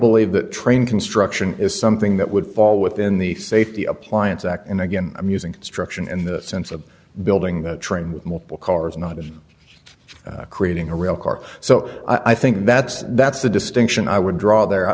believe that train construction is something that would fall within the safety appliance act and again i'm using construction in the sense of building the train with multiple cars not as creating a real car so i think that's that's the distinction i would draw there